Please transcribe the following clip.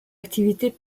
activité